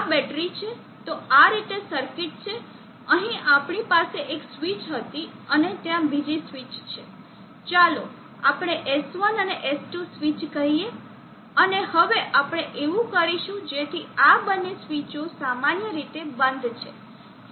તો આ રીતે સર્કિટ છે અહીં આપણી પાસે એક સ્વીચ હતી અને ત્યાં બીજી સ્વીચ છે ચાલો આપણે S1 અને S2 સ્વિચ કહીએ અને હવે આપણે એવું કરીશું જેથી આ બંને સ્વીચો સામાન્ય રીતે બંધ છે